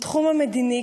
בתחום המדיני,